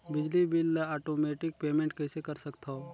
बिजली बिल ल automatic payment कइसे कर सकथव?